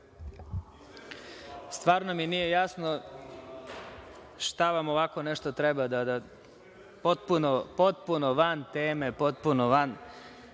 Stvarno mi nije jasno šta vam ovako nešto treba? Potpuno van teme, potpuno van